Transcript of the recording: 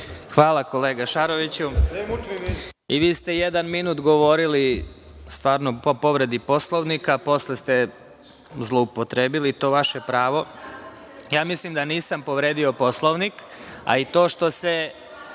Hvala, kolega Šaroviću,I vi ste jedan minut govorili stvarno po povredi Poslovnika, a posle ste zloupotrebili to vaše pravo. Ja mislim da nisam povredio Poslovnik. Naravno, dugujem